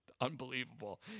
unbelievable